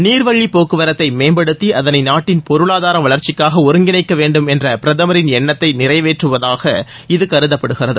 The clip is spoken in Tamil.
நீர்வழி போக்குவரத்தை மேம்படுத்தி அதனை நாட்டின் பொருளாதார வளர்ச்சிக்காக ஒருங்கிணைக்க வேண்டும் என்ற பிரதமரின் எண்ணத்தை நிறைவேற்றுவதாக இது கருதப்படுகிறது